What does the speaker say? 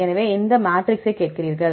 எனவே நீங்கள் மேட்ரிக்ஸைக் கேட்கிறீர்கள்